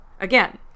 Again